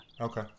Okay